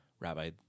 rabbi